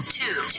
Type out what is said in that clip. two